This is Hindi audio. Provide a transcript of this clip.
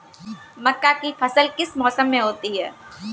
मक्का की फसल किस मौसम में होती है?